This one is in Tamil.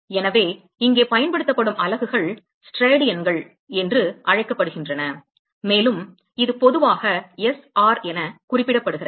எனவே இங்கே பயன்படுத்தப்படும் அலகுகள் ஸ்டெரேடியன்கள் என்று அழைக்கப்படுகின்றன மேலும் இது பொதுவாக sr என குறிப்பிடப்படுகிறது